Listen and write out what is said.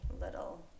little